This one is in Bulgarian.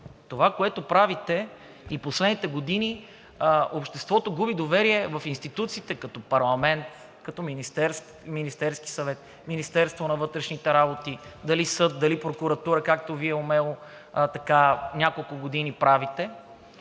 Това, което правите и последните години, обществото губи доверие в институциите като парламент, като Министерски съвет, Министерство на вътрешните работи, дали съд, дали прокуратура, както Вие умело няколко години правите.